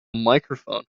microphone